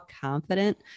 confident